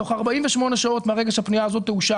תוך 48 שעות מרגע שהפנייה הזאת תאושר